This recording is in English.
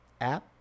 app